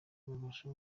babasha